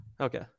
Okay